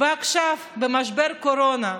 ועכשיו, במשבר הקורונה,